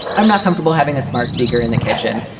i'm not comfortable having a smart speaker in the kitchen.